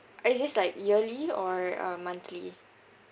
is this like yearly or uh monthly